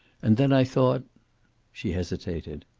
and then i thought she hesitated.